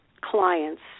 clients